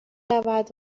رود